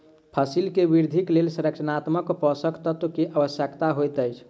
फसिल के वृद्धिक लेल संरचनात्मक पोषक तत्व के आवश्यकता होइत अछि